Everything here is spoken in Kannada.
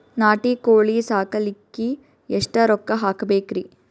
ನಾಟಿ ಕೋಳೀ ಸಾಕಲಿಕ್ಕಿ ಎಷ್ಟ ರೊಕ್ಕ ಹಾಕಬೇಕ್ರಿ?